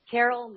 Carol